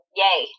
yay